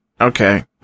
Okay